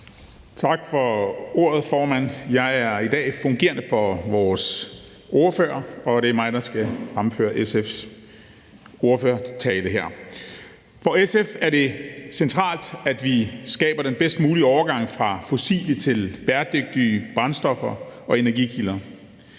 Tak for ordet, formand. Jeg er i dag vikar for vores ordfører, og det er mig, der skal fremføre SF's ordførertale her. For SF er det centralt, at vi skaber den bedst mulige overgang fra fossile til bæredygtige brændstoffer og energikilder.